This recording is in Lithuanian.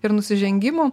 ir nusižengimų